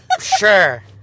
sure